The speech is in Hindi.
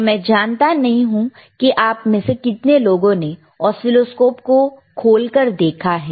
तो मैं जानता नहीं हूं कि आप में से कितने लोगों ने ऑसीलोस्कोप को खोलकर देखा है